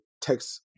text